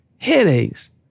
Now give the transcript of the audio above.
Headaches